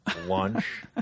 lunch